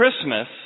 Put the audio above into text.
Christmas